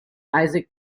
isaac